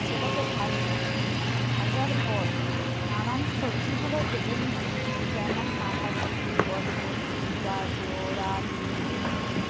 সেটাকে ভাজলাম ভাজার পর নানান সবজিগুলো ভেজে নিয়ে যেমন বাঁধাকপি বটবটি গাজর আলু বিন